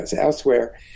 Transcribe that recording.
elsewhere